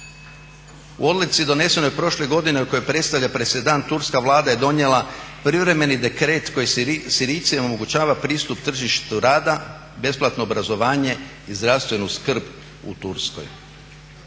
U odluci donesenoj prošle godine u kojoj predstavlja presedan Turska vlada je donijela privremeni dekret koji Sirijcima omogućava pristup tržištu rada, besplatno obrazovanje i zdravstvenu skrb u Turskoj.